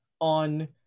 on